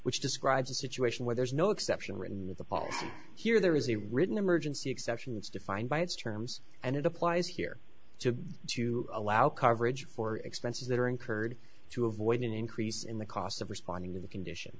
which describes a situation where there is no exception written with the policy here there is a written emergency exception it's defined by its terms and it applies here to to allow coverage for expenses that are incurred to avoid an increase in the costs of responding to the condition